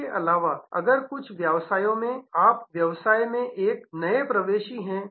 इसके अलावा अगर कुछ व्यवसायों में आप वास्तव में एक नए प्रवेशी हैं